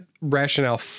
rationale